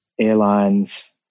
airlines